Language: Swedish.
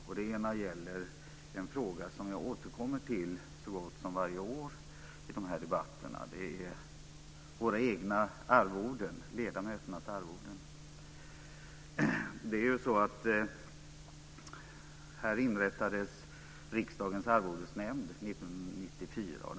Den ena frågan gäller en sak som jag så gott som varje år i de här debatterna återkommer till. Det gäller då riksdagsledamöternas arvoden.